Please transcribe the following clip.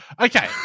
Okay